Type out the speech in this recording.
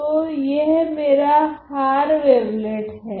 तो यह मेरा हार वेवलेट हैं